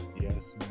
Yes